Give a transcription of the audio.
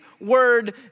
word